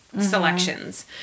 selections